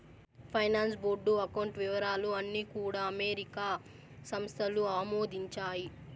finance board account వివరాలు అన్నీ కూడా అమెరికా సంస్థలు ఆమోదించాయి